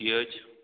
की अछि